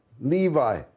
Levi